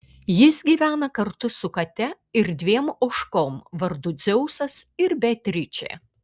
jis gyvena kartu su kate ir dviem ožkom vardu dzeusas ir beatričė